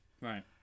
right